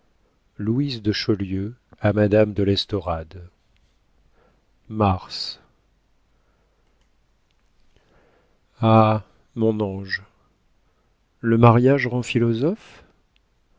louise de chaulieu a madame de l'estorade mars ah mon ange le mariage rend philosophe